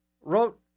wrote